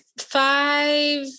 five